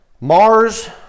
Mars